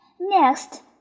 Next